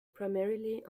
primarily